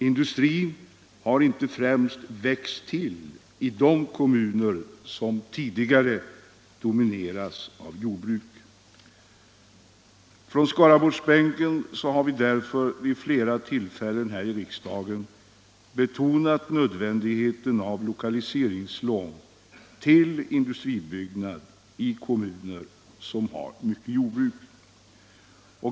Industrin har inte främst växt till i de kommuner som tidigare dominerats av jordbruk. Från Skaraborgsbänken har vi därför vid flera tillfällen här i riksdagen betonat nödvändigheten av lokaliseringslån till industriutbyggnad i kommuner som har mycket jordbruk.